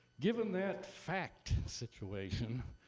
given that fact situation,